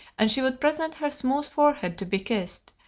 and she would present her smooth forehead to be kissed,